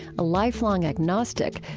a lifelong agnostic,